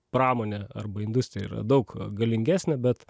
pramonė arba industrija yra daug galingesnė bet